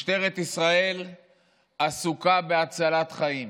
משטרת ישראל עסוקה בהצלת חיים.